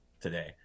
today